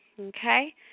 okay